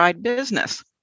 business